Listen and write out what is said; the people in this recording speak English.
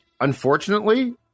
unfortunately